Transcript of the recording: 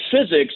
physics